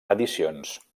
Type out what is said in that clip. edicions